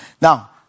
Now